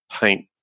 paint